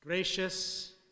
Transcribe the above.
Gracious